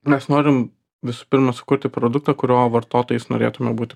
mes norim visų pirma sukurti produktą kurio vartotojais norėtume būti